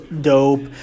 dope